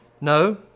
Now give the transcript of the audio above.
No